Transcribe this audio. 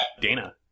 Dana